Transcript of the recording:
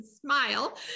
smile